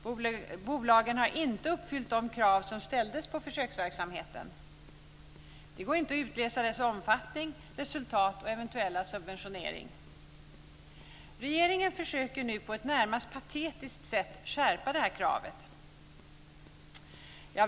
Bolagen har inte uppfyllt de krav som ställdes på försöksverksamheten. Det går inte att utläsa dess omfattning, resultat och eventuella subventionering. Regeringen försöker nu på ett närmast patetiskt sätt skärpa det här kravet.